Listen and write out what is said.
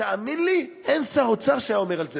תאמין לי, אין שר אוצר שהיה אומר על זה